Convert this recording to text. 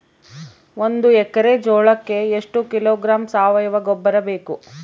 ಒಂದು ಎಕ್ಕರೆ ಜೋಳಕ್ಕೆ ಎಷ್ಟು ಕಿಲೋಗ್ರಾಂ ಸಾವಯುವ ಗೊಬ್ಬರ ಬೇಕು?